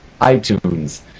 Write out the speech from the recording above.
iTunes